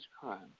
crime